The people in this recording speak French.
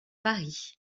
paris